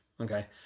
Okay